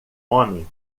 homem